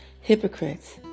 hypocrites